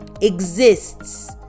exists